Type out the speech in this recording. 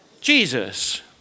Jesus